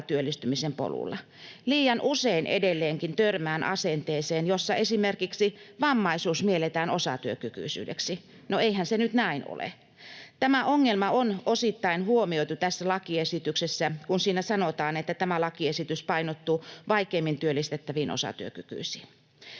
työllistymisen polulla. Liian usein edelleenkin törmään asenteeseen, jossa esimerkiksi vammaisuus mielletään osatyökykyisyydeksi. No eihän se nyt näin ole. Tämä ongelma on osittain huomioitu tässä lakiesityksessä, kun siinä sanotaan, että tämä lakiesitys painottuu vaikeimmin työllistettäviin osatyökykyisiin.